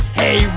hey